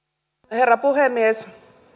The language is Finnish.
herra puhemies